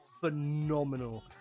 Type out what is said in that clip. phenomenal